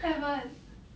haven't